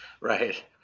Right